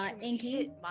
Inky